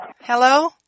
Hello